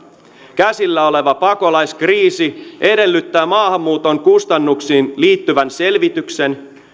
käsillä oleva pakolaiskriisi edellyttää maahanmuuton kustannuksiin liittyvän selvityksen